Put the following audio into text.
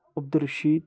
Abdul Rashid